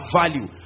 value